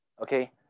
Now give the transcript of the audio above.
Okay